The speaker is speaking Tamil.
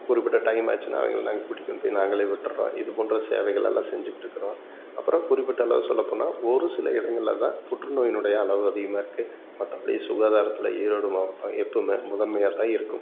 குறிப்பிட்ட டைம் ஆச்சுன்னா அவங்கள நாங்கள் கூட்டி கொண்டு போய் நாங்களே விட்டுறோம் இது போன்ற சேவைகள் எல்லாம் செஞ்சிக்கிட்டுருக்குறோம் அப்புறம் குறிப்பிட்ட அளவு சொல்லப்போனால் ஒரு சில இடங்களில் தான் புற்றுநோயினுடைய அளவு அதிகமாக இருக்குது மற்றபடி சுகாதாரத்தில் ஈரோடு மாவட்டம் எப்போதுமே முதன்மையாகத்தான் இருக்கும்